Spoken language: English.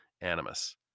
animus